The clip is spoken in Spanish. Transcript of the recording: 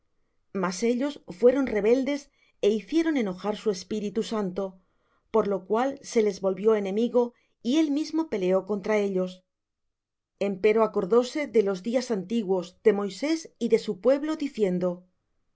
mas ellos fueron rebeldes é hicieron enojar su espíritu santo por lo cual se les volvió enemigo y él mismo peleó contra ellos empero acordóse de los días antiguos de moisés y de su pueblo diciendo